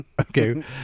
okay